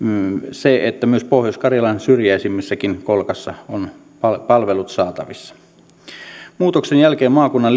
se että pohjois karjalan syrjäisimmässäkin kolkassa on palvelut saatavissa muutoksen jälkeen maakunnan